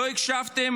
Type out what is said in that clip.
לא הקשבתם